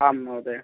आम् महोदय